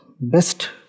best